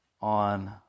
on